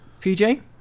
PJ